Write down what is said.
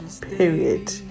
Period